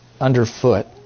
underfoot